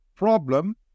Problem